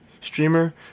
streamer